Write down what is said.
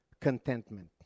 contentment